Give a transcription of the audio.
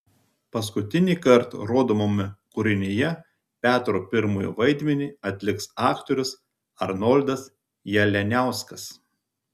paskutinįkart rodomame kūrinyje petro pirmojo vaidmenį atliks aktorius arnoldas jalianiauskas